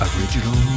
Original